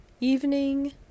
evening